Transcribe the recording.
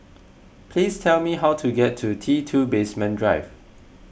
please tell me how to get to T two Basement Drive